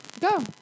Go